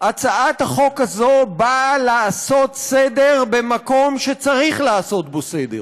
הצעת החוק הזאת באה לעשות סדר במקום שצריך לעשות בו סדר.